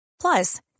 plus